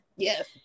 yes